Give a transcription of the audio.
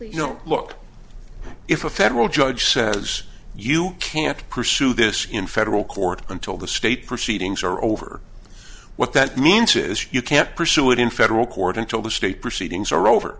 you know look if a federal judge says you can't pursue this in federal court until the state proceedings are over what that means is you can't pursue it in federal court until the state proceedings are over